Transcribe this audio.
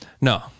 no